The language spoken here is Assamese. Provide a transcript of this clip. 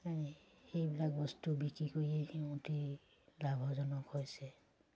সেইবিলাক বস্তু বিক্ৰী কৰিয়েই সিহঁত লাভজনক হৈছে